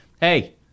hey